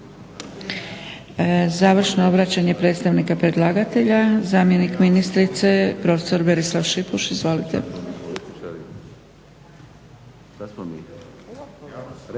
Završna obraćanje predstavnika predlagatelja, zamjenik ministrice profesor Berislav Šipuš, izvolite.